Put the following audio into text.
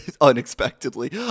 unexpectedly